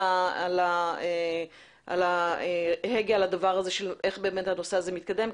על ההגה על הדבר הזה של איך באמת הנושא הזה מתקדם,